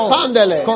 Pandele